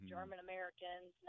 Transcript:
German-Americans